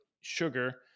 sugar